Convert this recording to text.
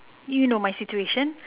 you know my situation